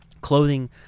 Clothing